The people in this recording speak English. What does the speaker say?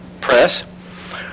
press